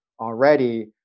already